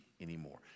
anymore